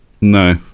no